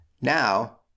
Now